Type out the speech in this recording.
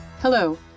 Hello